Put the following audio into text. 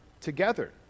together